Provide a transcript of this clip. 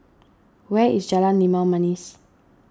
where is Jalan Limau Manis